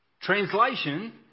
translation